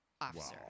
officer